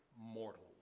mortal